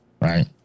right